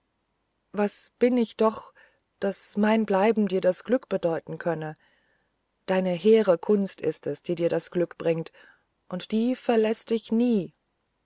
was bin ich doch daß mein bleiben dir das glück bedeuten könne deine hehre kunst ist es die dir das glück bringt und die verläßt dich nie